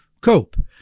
COPE